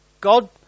God